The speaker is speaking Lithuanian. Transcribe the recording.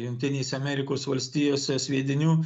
jungtinėse amerikos valstijose sviedinių